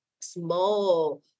small